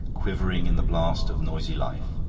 quivering in the blast of noisy life.